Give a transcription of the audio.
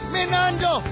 Minando